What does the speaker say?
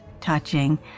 touching